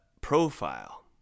profile